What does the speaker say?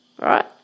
right